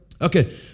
Okay